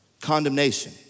Condemnation